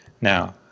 Now